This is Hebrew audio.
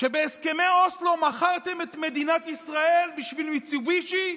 שבהסכמי אוסלו מכרתם את מדינת ישראל בשביל מיצובישי,